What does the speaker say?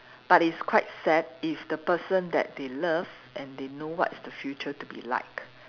but it's quite sad if the person that they love and they know what's the future to be like